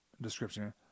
description